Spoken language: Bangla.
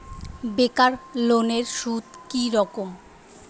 বেকার লোনের সুদ কি রকম?